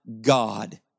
God